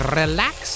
relax